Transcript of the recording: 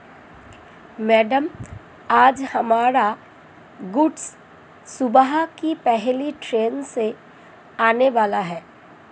madam आज हमारा goods सुबह की पहली ट्रैन से आने वाला है